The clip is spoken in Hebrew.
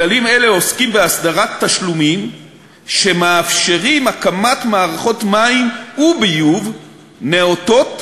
כללים אלה עוסקים בהסדרת תשלומים שמאפשרים הקמת מערכות מים וביוב נאותות